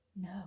No